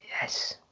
Yes